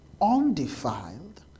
Undefiled